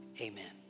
Amen